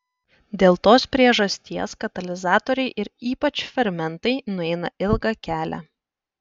dėl tos priežasties katalizatoriai ir ypač fermentai nueina ilgą kelią